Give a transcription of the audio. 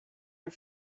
are